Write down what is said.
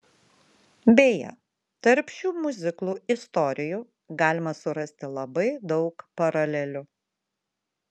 beje tarp šių miuziklų istorijų galima surasti labai daug paralelių